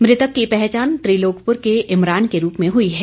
मृतक की पहचान त्रिलोकपुर के इमरान के रूप में हई है